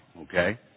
Okay